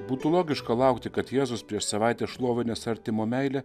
būtų logiška laukti kad jėzus prieš savaitę šlovinęs artimo meilę